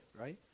right